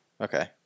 Okay